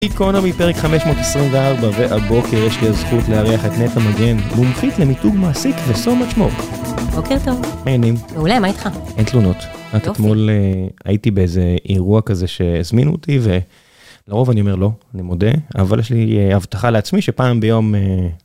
גיקונומי פרק 524 והבוקר יש לי הזכות לארח את נטע מגן מומחית למיתוג מעסיק וso much more. בוקר טוב מה העניינים? מעולה מה איתך? אין תלונות. אתמול הייתי באיזה אירוע כזה שהזמינו אותי ולרוב אני אומר לא אני מודה אבל יש לי הבטחה לעצמי שפעם ביום.